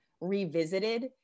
revisited